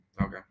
Okay